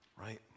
right